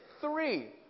three